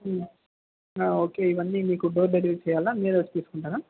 okay ఇవి అన్నీ మీకు డోర్ డెలివరీ చేయాలా మీరే వచ్చి తీసుకుంటారా